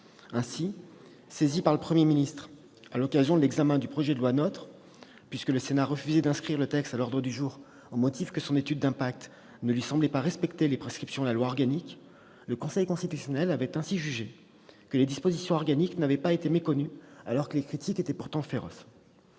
Saisi par le Premier ministre à l'occasion de l'examen du projet de loi NOTRe, le Sénat refusant d'inscrire le texte à l'ordre du jour au motif que son étude d'impact ne respectait pas les prescriptions de la loi organique, le Conseil constitutionnel a ainsi jugé que les dispositions organiques n'avaient pas été méconnues, alors que les critiques étaient féroces.